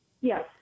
Yes